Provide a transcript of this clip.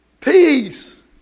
Peace